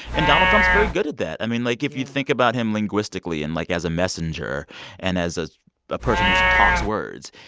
and donald trump's very good at that. i mean, like, if you think about him linguistically and, like, as a messenger and as as a person who talks words,